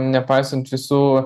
nepaisant visų